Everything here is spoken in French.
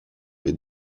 les